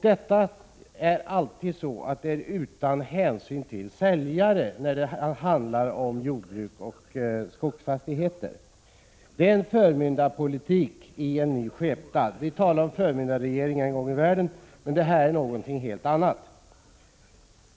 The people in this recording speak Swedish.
Det tas aldrig någon hänsyn till säljare när det handlar om jordbruksoch skogsfastigheter. Det är en förmyndarpolitik i en ny skepnad. Vi talade en gång i världen om förmyndarregeringar, men detta är något helt annat.